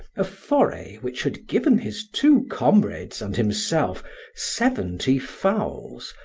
a foray which had given his two comrades and himself seventy fowls,